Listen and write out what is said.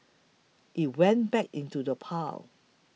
it went back into the pile